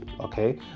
okay